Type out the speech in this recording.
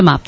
समाप्त